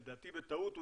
לדעתי בטעות,